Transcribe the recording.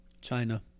China